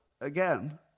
again